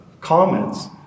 comments